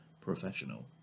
Professional